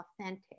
authentic